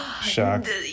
shocked